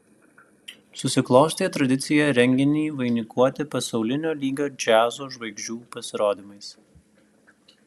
susiklostė tradicija renginį vainikuoti pasaulinio lygio džiazo žvaigždžių pasirodymais